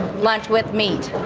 lunch with meat.